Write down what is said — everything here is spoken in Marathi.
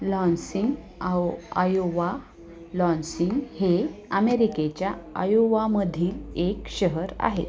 लॉन्सिंग आओ आयोवा लॉन्सिंग हे आमेरिकेच्या आयोवामधील एक शहर आहे